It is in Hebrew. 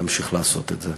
נמשיך לעשות את זה.